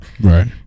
Right